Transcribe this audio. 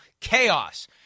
chaos